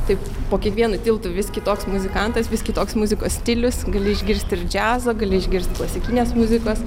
taip po kiekvienu tiltu vis kitoks muzikantas vis kitoks muzikos stilius gali išgirst ir džiazo gali išgirst klasikinės muzikos